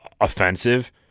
offensive-